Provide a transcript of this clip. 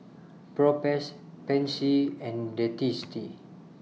Propass Pansy and Dentiste